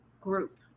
group